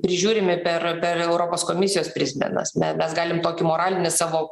prižiūrimi per per europos komisijos prizmę nes mes mes galime tokį moralinį savo